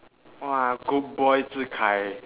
!wah! good boy Zhi Kai